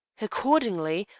accordingly,